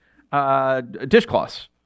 dishcloths